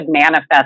manifest